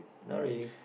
not really